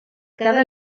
cada